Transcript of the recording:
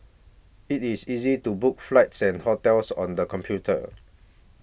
it is easy to book flights and hotels on the computer